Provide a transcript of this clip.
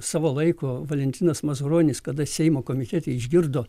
savo laiko valentinas mazuronis kada seimo komitete išgirdo